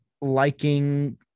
liking